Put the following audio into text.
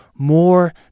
More